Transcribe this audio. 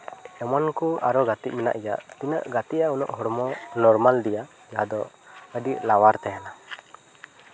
ᱮᱢᱚᱱ ᱠᱚ ᱟᱨᱚ ᱜᱟᱛᱮᱜ ᱢᱮᱱᱟᱜ ᱜᱮᱭᱟ ᱛᱤᱱᱟᱹᱜ ᱜᱟᱛᱮᱜᱼᱟᱢ ᱩᱱᱟᱹᱜ ᱦᱚᱲᱢᱚ ᱱᱚᱨᱢᱟᱞ ᱤᱫᱤᱜᱼᱟ ᱡᱟᱦᱟᱸ ᱫᱚ ᱟᱹᱰᱤ ᱞᱟᱣᱟᱨ ᱛᱟᱦᱮᱱᱟ